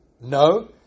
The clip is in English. No